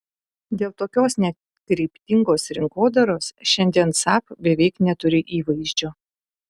dėl tokios nekryptingos rinkodaros šiandien saab beveik neturi įvaizdžio